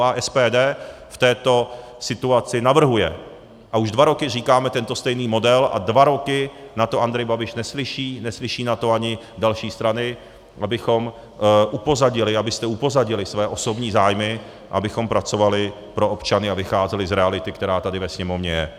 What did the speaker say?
A SPD v této situaci navrhuje a už dva roky říkáme tento stejný model a dva roky na to Andrej Babiš neslyší, neslyší na to ani další strany, abychom upozadili, abyste upozadili své osobní zájmy, abychom pracovali pro občany a vycházeli z reality, která tady ve Sněmovně je.